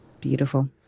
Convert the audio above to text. Beautiful